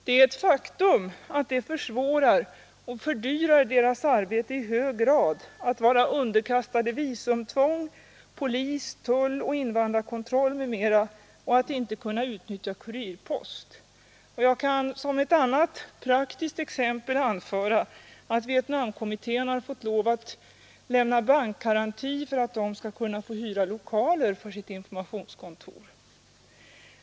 Det är ett faktum att det försvårar och fördyrar deras arbete i hög grad att vara underkastade visumtvång, polis-, tulloch invandrarkontroll m.m. och att inte kunna utnyttja kurirpost. Jag kan som ett annat praktiskt exempel anföra att Vietnamkommittén har fått lov att lämna bankgaranti för att PRRs representanter skall kunna få hyra lokaler för sitt informationskontor.